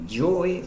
joy،